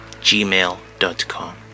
gmail.com